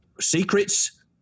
secrets